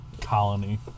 colony